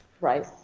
Right